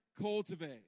cultivate